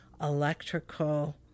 electrical